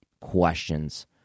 questions